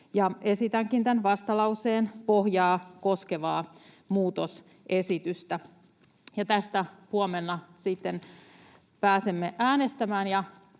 Esitänkin tämän vastalauseen pohjaa koskevaa muutosta. Tästä huomenna sitten pääsemme äänestämään,